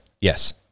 Yes